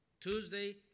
Tuesday